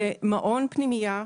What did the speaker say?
במעון פנימייה.